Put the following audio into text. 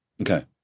Okay